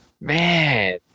Man